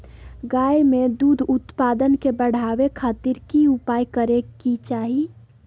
गाय में दूध उत्पादन के बढ़ावे खातिर की उपाय करें कि चाही?